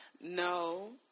no